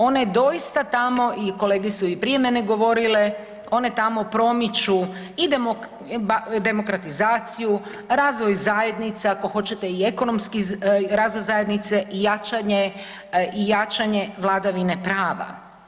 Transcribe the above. One doista tamo i kolege su i prije mene govorile, one tamo promiču, demokratizaciju, razvoj zajednica, ako hoćete i ekonomski razvoj zajednice i jačanje vladavine prava.